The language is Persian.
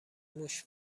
موش